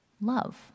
love